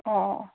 ꯑꯣ ꯑꯣ ꯑꯣ